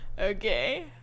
Okay